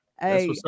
Hey